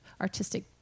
artistic